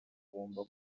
ugomba